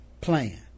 Plan